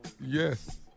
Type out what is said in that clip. Yes